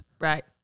Right